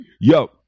Yo